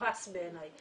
נתפס בעיניי.